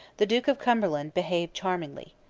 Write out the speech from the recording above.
the duke of cumberland behaved charmingly.